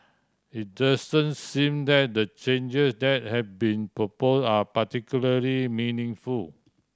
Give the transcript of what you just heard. it doesn't seem that the change that have been propose are particularly meaningful